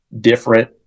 different